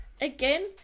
again